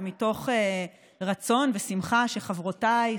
ומתוך רצון ושמחה שחברותיי,